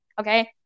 Okay